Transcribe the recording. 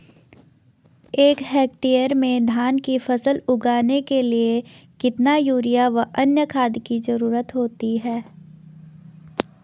एक हेक्टेयर में धान की फसल उगाने के लिए कितना यूरिया व अन्य खाद की जरूरत होती है?